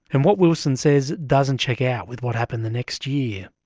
and what wilson says doesn't check out with what happened the next year.